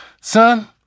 Son